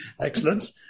Excellent